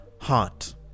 heart